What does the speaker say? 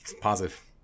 positive